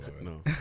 No